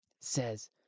says